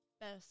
best